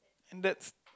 and that's